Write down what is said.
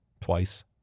Twice